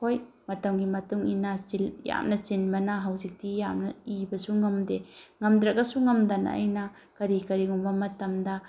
ꯍꯣꯏ ꯃꯇꯝꯒꯤ ꯃꯇꯨꯡ ꯏꯟꯅ ꯌꯥꯝꯅ ꯆꯤꯟꯕꯅ ꯍꯧꯖꯤꯛꯇꯤ ꯌꯥꯝꯅ ꯏꯕꯁꯨ ꯉꯝꯗꯦ ꯉꯝꯗ꯭ꯔꯒꯁꯨ ꯉꯝꯗꯅ ꯑꯩꯅ ꯀꯔꯤ ꯀꯔꯤꯒꯨꯝꯕ ꯃꯇꯝꯗ